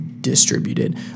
distributed